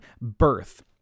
birth